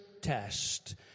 test